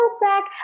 back